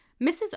Mrs